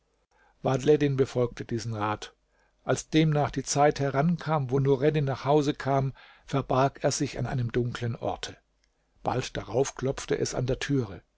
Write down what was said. vadhleddin befolgte diesen rat als demnach die zeit herankam wo nureddin nach hause kam verbarg er sich an einem dunklen orte bald darauf klopfte es an der türe